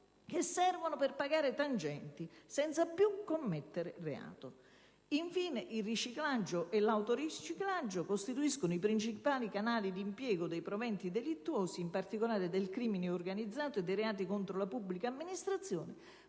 che servono per pagare tangenti, senza più commettere reato. Infine, il riciclaggio e l'autoriciclaggio costituiscono i principali canali di impiego dei proventi delittuosi, in particolare del crimine organizzato e dei reati contro la pubblica amministrazione,